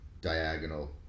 diagonal